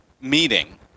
meeting